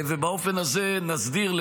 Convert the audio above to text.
באופן הזה נסדיר,